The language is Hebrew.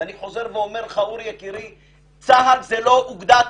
ואני חוזר ואומר לך אורי יקירי: צה"ל זה לא אוגדה 98,